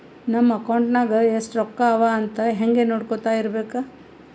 ನಮ್ ಅಕೌಂಟ್ ನಾಗ್ ಎಸ್ಟ್ ರೊಕ್ಕಾ ಅವಾ ಅಂತ್ ಹಂಗೆ ನೊಡ್ಕೊತಾ ಇರ್ಬೇಕ